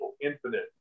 infinite